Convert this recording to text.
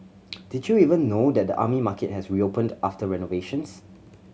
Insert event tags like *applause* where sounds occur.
*noise* did you even know that the Army Market has reopened after renovations